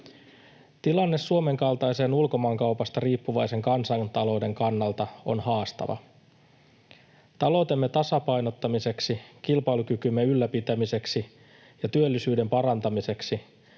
Tilanne Suomen kaltaisen ulkomaankaupasta riippuvaisen kansantalouden kannalta on haastava. Taloutemme tasapainottamiseksi, kilpailukykymme ylläpitämiseksi ja työllisyyden parantamiseksi